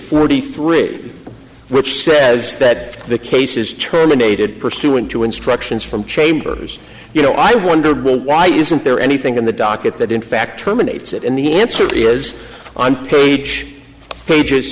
forty three which says that the case is terminated pursuant to instructions from chambers you know i wonder why isn't there anything on the docket that in fact terminates it in the answer is on page pages